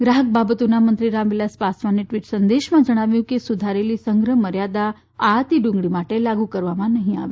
ગ્રાહક બાબતોના મંત્રી રામવિલાસ પાસવાને ટવીટ સંદેશમાં જણાવ્યું છે કે સુધારેલી સંગ્રહ મર્યાદા આયાતી ડુંગળી માટે લાગુ કરવામાં નહી આવે